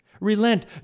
Relent